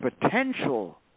potential